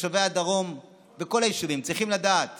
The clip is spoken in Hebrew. תושבי הדרום וכל היישובים צריכים לדעת